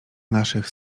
naszych